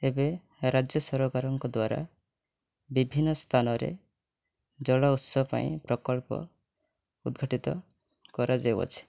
ଏବେ ରାଜ୍ୟସରକାରଙ୍କ ଦ୍ୱାରା ବିଭିନ୍ନ ସ୍ଥାନରେ ଜଳ ଉତ୍ସ ପାଇଁ ପ୍ରକଳ୍ପ ଉଦ୍ଘାଟିତ କରାଯାଉଅଛି